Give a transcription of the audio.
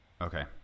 Okay